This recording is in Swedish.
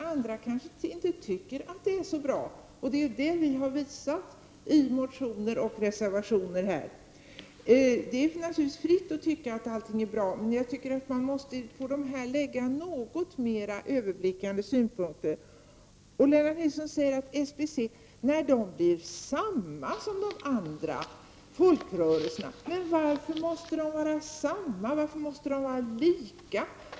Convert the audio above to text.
Andra kanske inte delar denna uppfattning, vilket de har gett uttryck för i motioner och reservationer. Det står ju naturligtvis alla fritt att tycka att allting är bra, men jag tycker att man borde ha en något mer överblickande syn. Lennart Nilsson sade att man var beredd att diskutera om SBC skall få samma rättigheter som folkrörelserna när SBC blir likställt med de andra folkrörelserna. Men varför måste SBC vara organiserat likadant och se ut på samma sätt som folkrörelserna?